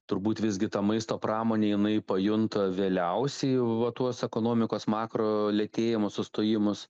turbūt visgi ta maisto pramonė jinai pajunta vėliausiai va tuos ekonomikos makro lėtėjimo sustojimus